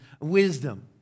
wisdom